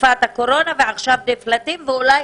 תקופת הקורונה ועכשיו נפלטים ואולי